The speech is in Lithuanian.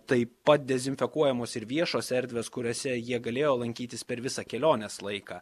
taip pat dezinfekuojamos ir viešos erdvės kuriose jie galėjo lankytis per visą kelionės laiką